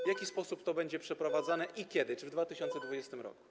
W jaki sposób to będzie przeprowadzane i kiedy - czy 2020 r.